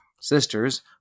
Sisters